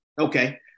Okay